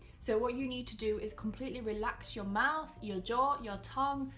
so what you need to do is completely relax your month, your jaw, your tongue.